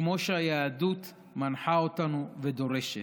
כמו שהיהדות מנחה אותנו ודורשת,